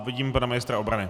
Vidím pana ministra obrany.